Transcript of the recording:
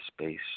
space